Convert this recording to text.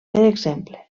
exemple